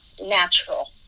natural